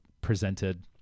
presented